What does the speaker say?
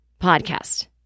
podcast